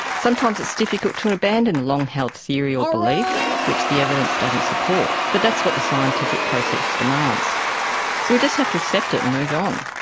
sometimes it's difficult to abandon a long-held theory or belief which the evidence doesn't support, but that's what the scientific process demands. so we just have to accept it and move on.